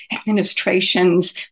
administrations